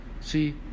See